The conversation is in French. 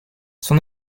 son